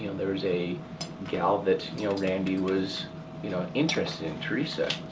there's a gal that randy was you know interested in, teresa.